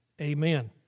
Amen